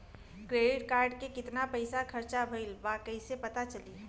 Credit card के कितना पइसा खर्चा भईल बा कैसे पता चली?